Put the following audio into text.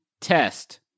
test